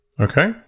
Okay